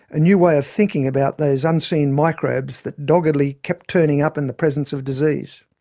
and new way of thinking about those unseen microbes that doggedly kept turning up in the presence of disease.